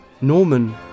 Norman